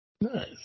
Nice